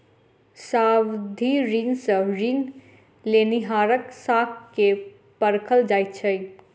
सावधि ऋण सॅ ऋण लेनिहारक साख के परखल जाइत छै